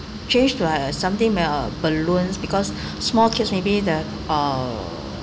change to like uh something uh balloons because small kids maybe the uh